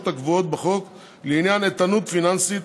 הקבועות בחוק לעניין איתנות פיננסית,